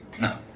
No